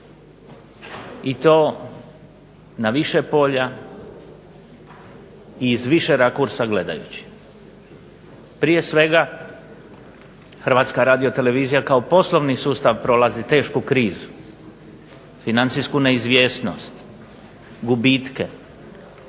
i to na više polja i iz više rakursa gledajući. Prije svega HRT-a kao poslovni sustav prolazi tešku krizu, financijsku neizvjesnost, gubitke,